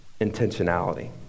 intentionality